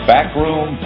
Backroom